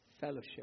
fellowship